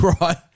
right